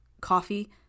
Coffee